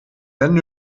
wenn